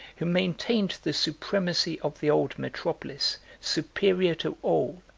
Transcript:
who maintained the supremacy of the old metropolis superior to all,